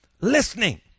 listening